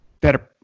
better